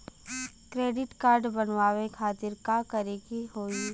Credit card बनवावे खातिर का करे के होई?